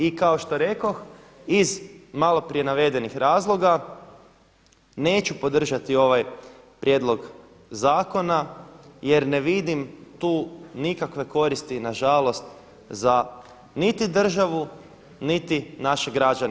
I kao što rekoh iz malo prije navedenih razloga, neću podržati ovaj prijedlog zakona jer ne vidim tu nikakve koristi nažalost za niti državu, niti naše građane.